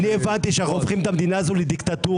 אני הבנתי שאנחנו הופכים את המדינה הזאת לדיקטטורה,